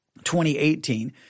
2018